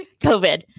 COVID